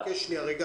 אז חכה.